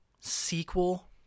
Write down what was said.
sequel